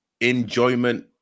enjoyment